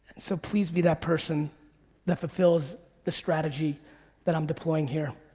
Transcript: so please be that person that fulfills the strategy that i'm deploying here.